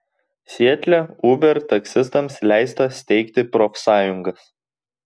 sietle uber taksistams leista steigti profsąjungas